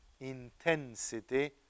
intensity